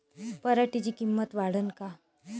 पराटीची किंमत वाढन का?